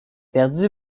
perdu